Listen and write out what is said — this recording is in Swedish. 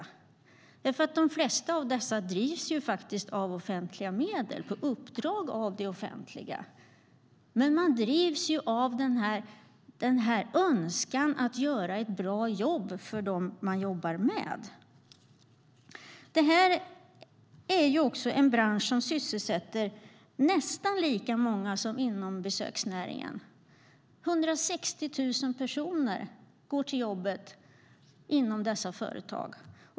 De flesta av företagen drivs med offentliga medel på uppdrag av det offentliga. Dessa företagare drivs av en önskan att göra ett bra jobb för dem de jobbar med. Denna bransch sysselsätter nästan lika många som besöksnäringen. 160 000 personer har sitt jobb i dessa företag.